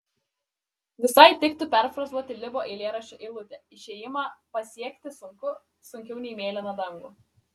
visai tiktų perfrazuoti libo eilėraščio eilutę išėjimą pasiekti sunku sunkiau nei mėlyną dangų